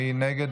מי נגד?